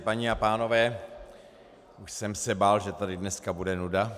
Paní a pánové, už jsem se bál, že tady dneska bude nuda.